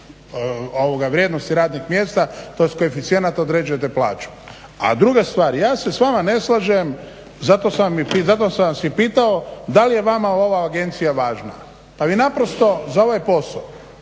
vrijednosti radnih mjesta tj. koeficijenata određujete plaću. A druga stvar, ja se s vama ne slažem, zato sam vas i pitao da li je vama ova agencija važna. Pa vi naprosto za ovaj posao